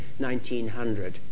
1900